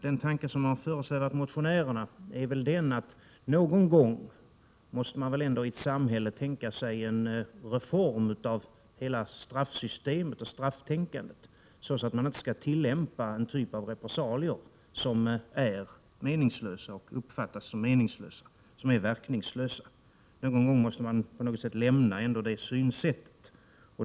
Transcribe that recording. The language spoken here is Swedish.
Den tanke som har föresvävat motionärerna är att någon gång måste man väl ändå i samhället tänka sig en reform av hela straffsystemet och strafftänkandet, så att man inte tillämpar en typ av repressalier som uppfattas som meningslösa och som är verkningslösa. Någon gång måste man ändå lämna detta synsätt.